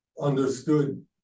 understood